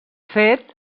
fet